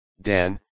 Dan